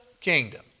kingdom